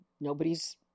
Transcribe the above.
nobody's